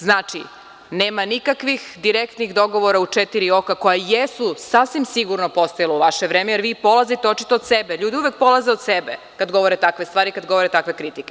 Znači, nema nikakvih direktnih dogovora u četiri oka, koji jesu sasvim sigurno postojali u vaše vreme, jer vi polazite očito od sebe, ljudi uvek polaze od sebe kada govore takve stvari, kada govore takve kritike.